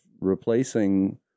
replacing